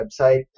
website